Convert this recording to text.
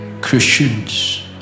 Christians